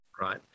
Right